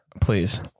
please